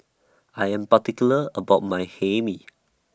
I Am particular about My Hae Mee